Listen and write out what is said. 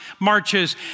marches